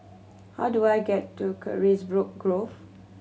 how do I get to Carisbrooke Grove